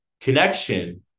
connection